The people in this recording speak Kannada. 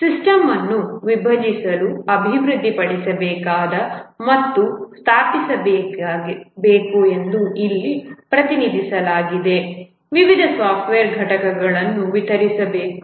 ಸಿಸ್ಟಮ್ ಅನ್ನು ಅಭಿವೃದ್ಧಿಪಡಿಸಬೇಕು ಮತ್ತು ಸ್ಥಾಪಿಸಬೇಕು ಎಂದು ಇಲ್ಲಿ ಪ್ರತಿನಿಧಿಸಲಾಗಿದೆ ವಿವಿಧ ಸಾಫ್ಟ್ವೇರ್ ಘಟಕಗಳನ್ನು ವಿತರಿಸಬೇಕು